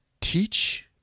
teach